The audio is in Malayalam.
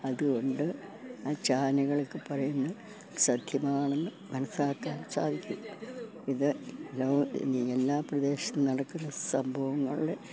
അതുകൊണ്ട് ആ ചാനലുകളൊക്കെ പറയുന്നത് സത്യമാണെന്ന് മനസ്സിലാക്കാൻ സാധിക്കും ഇത് എല്ലാ പ്രദേശത്തും നടക്കുന്ന സംഭവങ്ങളുടെ